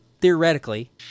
theoretically